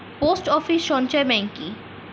Post office সঞ্চয় bank কি?